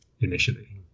initially